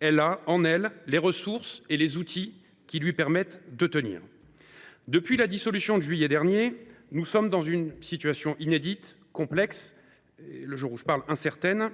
elle a, en elle, les ressources et les outils qui lui permettent de tenir. Depuis la dissolution de juillet dernier, nous sommes dans une situation inédite, complexe et incertaine,